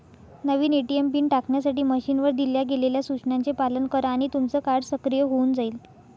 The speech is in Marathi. नवीन ए.टी.एम पिन टाकण्यासाठी मशीनवर दिल्या गेलेल्या सूचनांचे पालन करा आणि तुमचं कार्ड सक्रिय होऊन जाईल